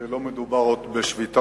עדיין לא מדובר בשביתה,